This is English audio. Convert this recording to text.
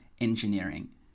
engineering